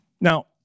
Now